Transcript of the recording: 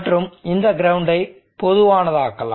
மற்றும் இந்த கிரவுண்டை பொதுவானதாக்கலாம்